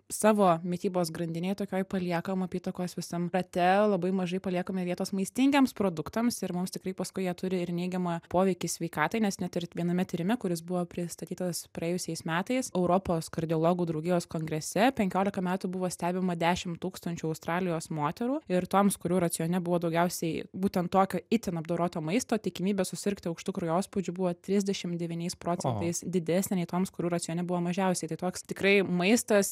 savo mitybos grandinėj tokioj paliekam apytakos visam rate labai mažai paliekame vietos maistingiems produktams ir mums tikrai paskui jie turi ir neigiamą poveikį sveikatai nes net ir viename tyrime kuris buvo pristatytas praėjusiais metais europos kardiologų draugijos kongrese penkiolika metų buvo stebima dešimt tūkstančių australijos moterų ir toms kurių racione buvo daugiausiai būtent tokio itin apdoroto maisto tikimybė susirgti aukštu kraujospūdžiu buvo trisdešimt devyniais procentais didesnė nei toms kurių racione buvo mažiausiai tai toks tikrai maistas